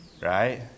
Right